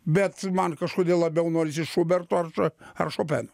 bet man kažkodėl labiau norisi šuberto ar šo ar šopeno